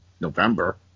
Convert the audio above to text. November